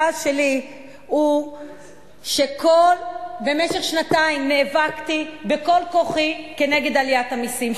הכעס שלי הוא שבמשך שנתיים נאבקתי בכל כוחי כנגד עליית המסים,